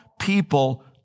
people